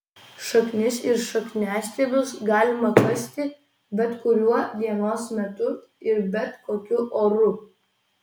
šaknis ir šakniastiebius galima kasti bet kuriuo dienos metu ir bet kokiu oru